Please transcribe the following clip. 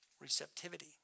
receptivity